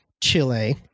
Chile